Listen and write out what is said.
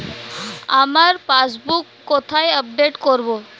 আমার পাসবুক কোথায় আপডেট করব?